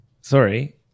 sorry